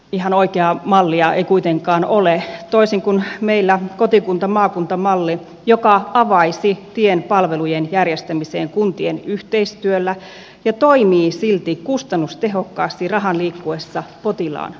ihan oikeaa mallia ei kuitenkaan ole toisin kuin meillä kotikuntamaakunta malli joka avaisi tien palvelujen järjestämiseen kuntien yhteistyöllä ja toimii silti kustannustehokkaasti rahan liikkuessa potilaan mukana